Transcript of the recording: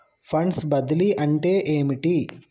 Funds బదిలీ అంటే ఏమిటి?